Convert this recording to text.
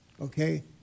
Okay